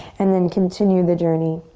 and then continue the journey.